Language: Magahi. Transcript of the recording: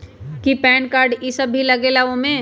कि पैन कार्ड इ सब भी लगेगा वो में?